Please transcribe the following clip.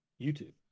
YouTube